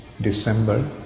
December